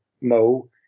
Mo